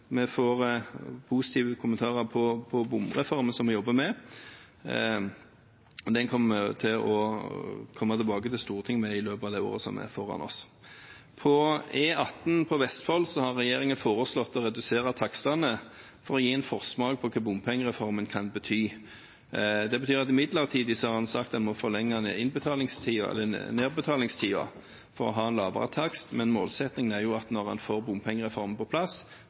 vi får positive kommentarer til bompengereformen som vi jobber med. Den kommer vi tilbake til Stortinget med i løpet av året vi har foran oss. Regjeringen har foreslått å redusere takstene på E18 gjennom Vestfold, for å gi en forsmak på hva bompengereformen kan bety. Det betyr at en har sagt at en midlertidig må forlenge nedbetalingstiden for å ha en lavere takst, men målsettingen er jo at når en får bompengereformen på plass,